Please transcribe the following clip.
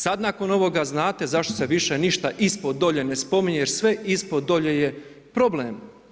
Sad nakon ovoga znate zašto se više ništa ispod dolje ne spominje jer sve ispod dolje je problem.